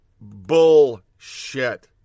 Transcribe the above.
bullshit